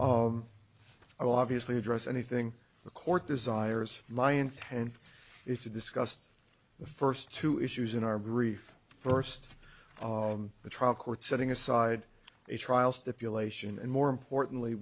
i will obviously address anything the court desires my intent is to discuss the first two issues in our brief first of the trial court setting aside a trial stipulation and more importantly